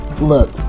look